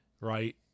right